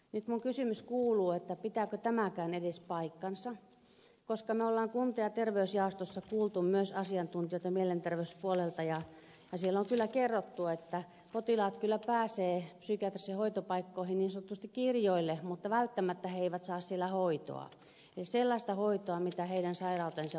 nyt minun kysymykseni kuuluu pitääkö tämäkään edes paikkansa koska me olemme kunta ja terveysjaostossa kuulleet myös asiantuntijoita mielenterveyspuolelta ja siellä on kyllä kerrottu että potilaat pääsevät psykiatrisiin hoitopaikkoihin niin sanotusti kirjoille mutta välttämättä he eivät saa siellä hoitoa sellaista hoitoa mitä heidän sairautensa vaatisi